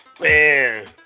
Man